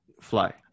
fly